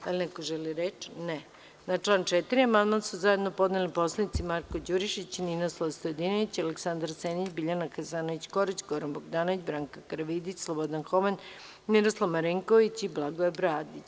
Da li neko želi reč? (Ne.) Na član 4. amandman su zajedno podneli narodni poslanici Marko Đurišić, Ninoslav Stojadinović, Aleksandar Senić, Biljana Hasanović Korać, Goran Bogdanović, Branka Karavidić, Slobodan Homen, Miroslav Marinković i Blagoje Bradić.